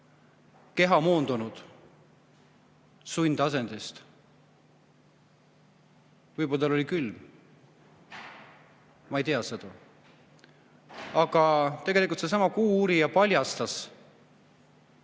keha moondunud, sundasendis. Võib-olla tal oli külm, ma ei tea seda. Aga tegelikult seesama "Kuuuurija" paljastas